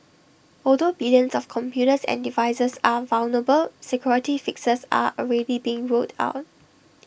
although billions of computers and devices are vulnerable security fixes are already being rolled out